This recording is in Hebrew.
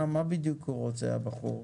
מה הבחור רוצה בדיוק?